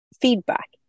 feedback